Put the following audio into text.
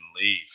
leave